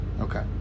Okay